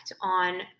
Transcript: on